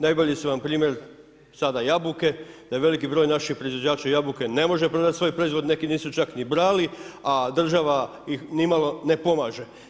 Najbolji su vam primjer sada jabuke, da je veliki broj naših proizvođača jabuka ne može prodati svoj proizvod, neki nisu čak ni brali, a država im nimalo ne pomaže.